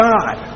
God